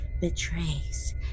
betrays